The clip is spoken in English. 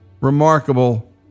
remarkable